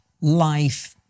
life